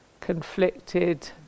conflicted